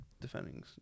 defending